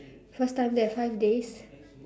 first time there five days